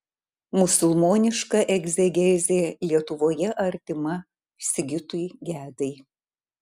musulmoniška egzegezė lietuvoje artima sigitui gedai